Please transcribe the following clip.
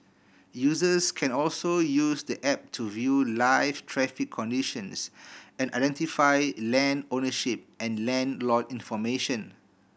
users can also use the app to view live traffic conditions and identify land ownership and land lot information